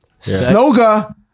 Snoga